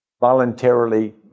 voluntarily